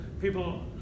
people